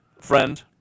Friend